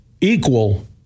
equal